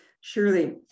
Surely